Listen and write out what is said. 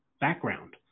background